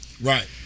Right